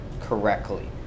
correctly